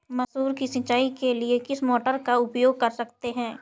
मसूर की सिंचाई के लिए किस मोटर का उपयोग कर सकते हैं?